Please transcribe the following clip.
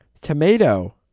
tomato